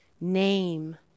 name